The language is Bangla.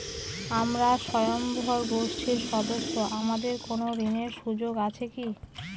আমরা স্বয়ম্ভর গোষ্ঠীর সদস্য আমাদের কোন ঋণের সুযোগ আছে কি?